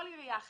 כל עירייה אחרת.